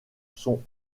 sont